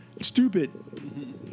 Stupid